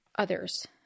others